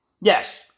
Yes